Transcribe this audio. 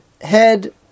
head